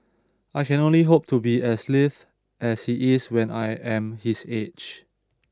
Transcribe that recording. I can only hope to be as lithe as he is when I am his age